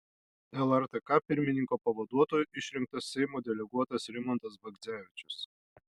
lrtk pirmininko pavaduotoju išrinktas seimo deleguotas rimantas bagdzevičius